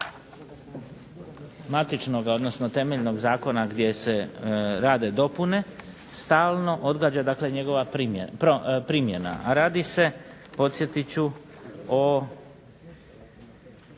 matičnoga odnosno temeljnog zakona gdje se rade dopune, stalno odgađa njegova primjena. Radi se, podsjetit ću,